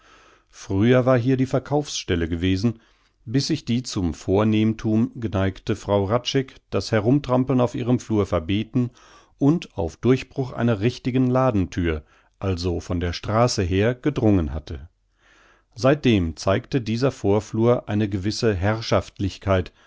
früher war hier die verkaufsstelle gewesen bis sich die zum vornehmthun geneigte frau hradscheck das herumtrampeln auf ihrem flur verbeten und auf durchbruch einer richtigen ladenthür also von der straße her gedrungen hatte seitdem zeigte dieser vorflur eine gewisse